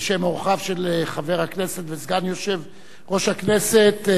ושהם אורחיו של חבר הכנסת וסגן יושב-ראש הכנסת,